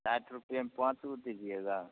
साठ रुपया में पाँच गो दीजिएगा